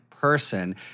person